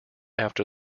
after